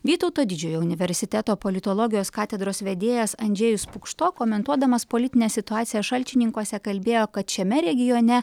vytauto didžiojo universiteto politologijos katedros vedėjas andžejus pukšto komentuodamas politinę situaciją šalčininkuose kalbėjo kad šiame regione